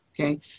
Okay